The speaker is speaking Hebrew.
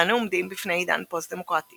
ואנו עומדים בפני עידן פוסט־דמוקרטי.